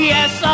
Yes